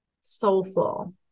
soulful